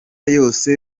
yose